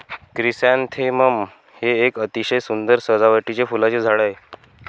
chrysanthemum हे एक अतिशय सुंदर सजावटीचे फुलांचे झाड आहे